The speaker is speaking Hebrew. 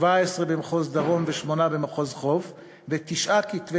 17 במחוז דרום ושמונה במחוז חוף ותשעה כתבי